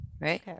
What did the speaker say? right